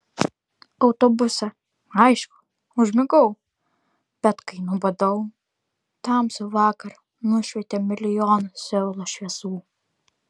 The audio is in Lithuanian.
autobuse aišku užmigau bet kai nubudau tamsų vakarą nušvietė milijonas seulo šviesų